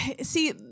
See